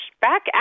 Back